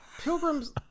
Pilgrims